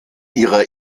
ihrer